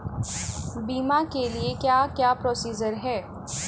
बीमा के लिए क्या क्या प्रोसीजर है?